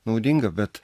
naudinga bet